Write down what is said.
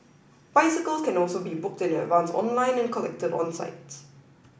bicycles can also be booked in advance online and collected on site